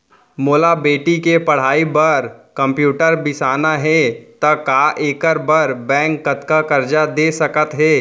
मोला बेटी के पढ़ई बार कम्प्यूटर बिसाना हे त का एखर बर बैंक कतका करजा दे सकत हे?